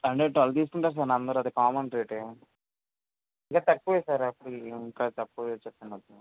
అంటే ట్వల్ తీసుకుంటా పోనీ అందరు అది కామన్ రేటే ఇంకా తక్కువే సార్ అప్పటికి ఇంకా తక్కువే చెప్పాను అప్పటికి